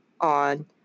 on